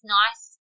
nice